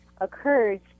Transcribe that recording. occurs